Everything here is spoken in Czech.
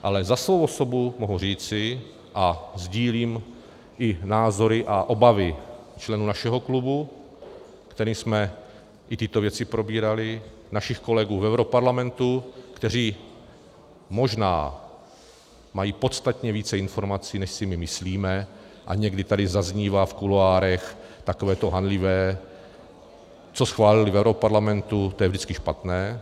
Ale za svou osobu mohu říci a sdílím i názory a obavy členů našeho klubu, ve kterém jsme tyto věci probírali, našich kolegů v europarlamentu, kteří možná mají podstatně více informací, než si my myslíme, a někdy tady zaznívá v kuloárech takové to hanlivé: co schválili v europarlamentu, to je vždycky špatné.